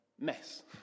mess